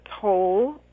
toll